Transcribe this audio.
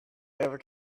ever